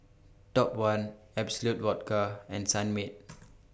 Top one Absolut Vodka and Sunmaid